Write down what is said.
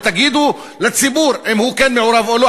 ותגידו לציבור אם הוא כן מעורב או לא,